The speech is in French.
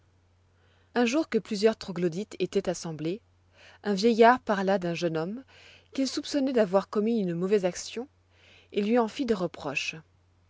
un jour que plusieurs troglodytes étoient assemblés un vieillard parla d'un jeune homme qu'il soupçonnoit d'avoir commis une mauvaise action et lui en fit des reproches